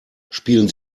spielen